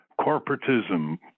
corporatism